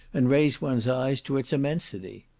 and raise one's eyes to its immensity.